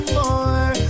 more